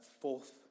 fourth